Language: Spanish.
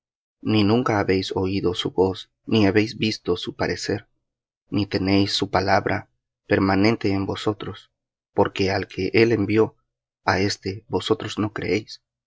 ni nunca habéis oído su voz ni habéis visto su parecer ni tenéis su palabra permanente en vosotros porque al que él envió á éste vosotros no creéis